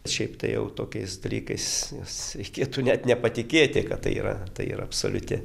šiaip tai jau tokiais dalykais nes reikėtų net nepatikėti kad tai yra tai yra absoliuti